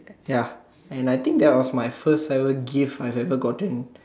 ya and I think that was my first ever gift I've ever gotten